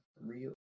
real